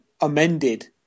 amended